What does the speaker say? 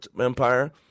Empire